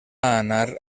anar